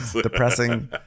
Depressing